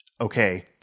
okay